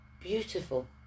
beautiful